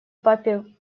папе